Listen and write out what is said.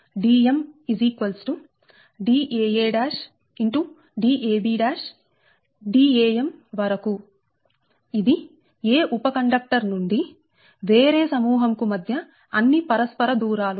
Dam ఇది 'a' ఉప conductor నుండి వేరే సమూహం కు మధ్య అన్ని పరస్పర దూరాలు